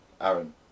Aaron